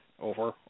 over